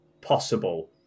possible